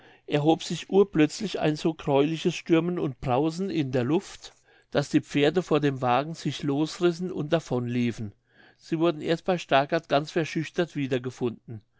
erhob sich urplötzlich ein so gräuliches stürmen und brausen in der luft daß die pferde vor dem wagen sich losrissen und davon liefen sie wurden erst bei stargard ganz verschüchtert wiedergefunden